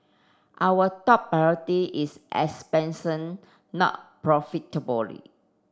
our top priority is expansion not profitably